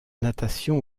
natation